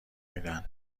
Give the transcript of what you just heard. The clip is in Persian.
میدن